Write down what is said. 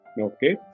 Okay